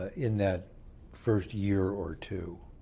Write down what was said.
in that first year or two,